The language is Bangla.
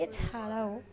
এছাড়াও